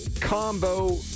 combo